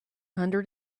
hundred